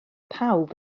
pawb